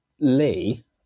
Lee